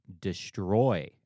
destroy